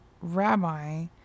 rabbi